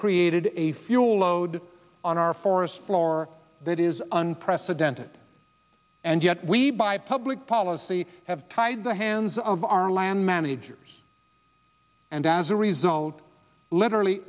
created a fuel load on our forest floor that is unprecedented and yet we buy public policy they have tied the hands of our land managers and as a result literally